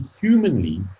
humanly